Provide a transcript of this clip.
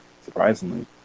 surprisingly